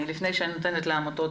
לפני שאתן את רשות הדיבור לעמותת